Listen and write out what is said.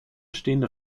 stehende